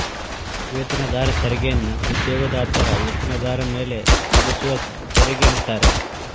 ವೇತನದಾರ ತೆರಿಗೆಯನ್ನ ಉದ್ಯೋಗದಾತರ ವೇತನದಾರ ಮೇಲೆ ವಿಧಿಸುವ ತೆರಿಗೆ ಅಂತಾರ